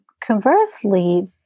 conversely